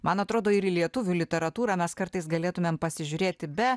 man atrodo ir į lietuvių literatūrą mes kartais galėtumėm pasižiūrėti be